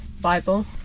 Bible